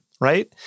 right